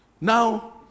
Now